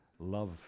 Love